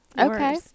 Okay